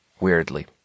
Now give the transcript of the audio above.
Weirdly